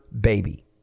baby